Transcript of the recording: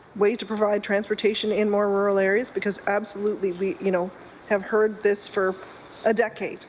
ways to provide transportation in more rural areas because absolutely we you know have heard this for a decade,